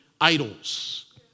idols